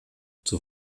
zur